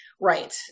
right